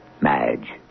Madge